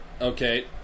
Okay